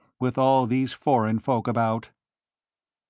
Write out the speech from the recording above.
with all these foreign folk about.